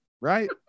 right